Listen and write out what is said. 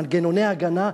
מנגנוני ההגנה,